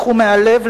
בכו מהלב,